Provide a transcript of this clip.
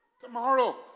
Tomorrow